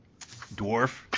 dwarf